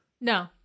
No